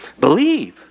believe